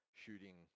shooting